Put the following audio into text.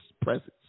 presence